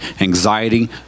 anxiety